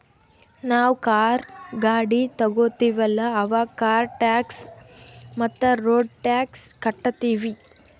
ನಾವ್ ಕಾರ್, ಗಾಡಿ ತೊಗೋತೀವಲ್ಲ, ಅವಾಗ್ ಕಾರ್ ಟ್ಯಾಕ್ಸ್ ಮತ್ತ ರೋಡ್ ಟ್ಯಾಕ್ಸ್ ಕಟ್ಟತೀವಿ